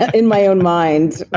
in my own mind